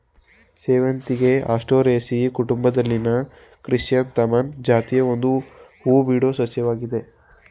ಸೇವಂತಿಗೆ ಆಸ್ಟರೇಸಿಯಿ ಕುಟುಂಬದಲ್ಲಿನ ಕ್ರಿಸ್ಯಾಂಥಮಮ್ ಜಾತಿಯ ಒಂದು ಹೂಬಿಡೋ ಸಸ್ಯವಾಗಯ್ತೆ